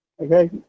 Okay